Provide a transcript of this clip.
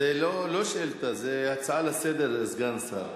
זה לא שאילתא, זו הצעה לסדר-היום לסגן שר.